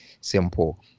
simple